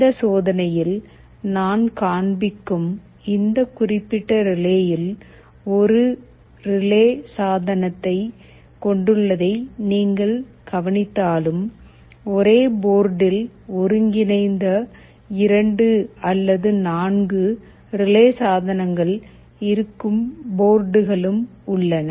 இந்த சோதனையில் நான் காண்பிக்கும் இந்த குறிப்பிட்ட ரிலேயில் ஒரு ரிலே சாதனத்தைக் கொண்டுள்ளதை நீங்கள் கவனித்தாலும் ஒரே போர்டில் ஒருங்கிணைந்த 2 அல்லது 4 ரிலே சாதனங்கள் இருக்கும் போர்டுகளும் உள்ளன